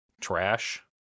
trash